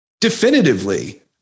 definitively